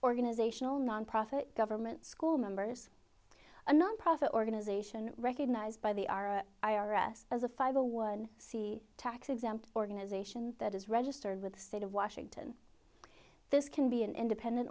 organizational nonprofit government school members a nonprofit organization recognized by the r i r s as a five a one c tax exempt organization that is registered with the state of washington this can be an independent